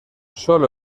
sólo